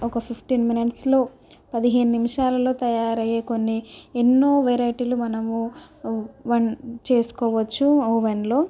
ఒక ఫిఫ్టీన్ మినిట్స్లో పదిహేను నిమిషాలలో తయారయ్యే కొన్ని ఎన్నో వెరైటీలు మనము వన్ చేసుకోవచ్చు ఓవెన్లో